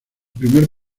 primer